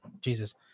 Jesus